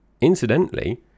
incidentally